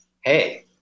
Hey